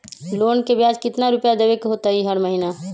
Loan के ब्याज कितना रुपैया देबे के होतइ हर महिना?